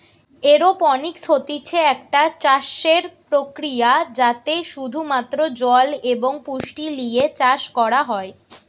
aeroponics হতিছে একটা চাষসের প্রক্রিয়া যাতে শুধু মাত্র জল এবং পুষ্টি লিয়ে চাষ করা হয়